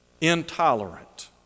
intolerant